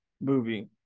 movie